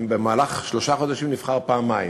במהלך שלושה חודשים הוא נבחר פעמיים.